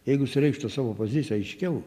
jeigu jis reikštų savo poziciją aiškiau